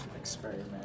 experiment